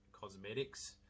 cosmetics